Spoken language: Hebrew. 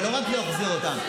אבל לא רק להחזיר אותם.